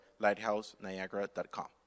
LighthouseNiagara.com